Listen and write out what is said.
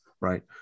Right